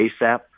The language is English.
ASAP